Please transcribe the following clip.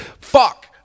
fuck